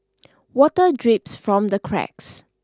water drips from the cracks